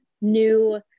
new